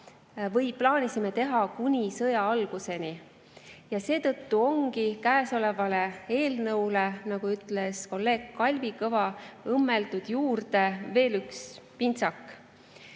või plaanisime teha kuni sõja alguseni. Seetõttu ongi käesolevale eelnõule, nagu ütles kolleeg Kalvi Kõva, õmmeldud juurde veel üks pintsak,